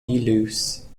luce